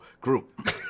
group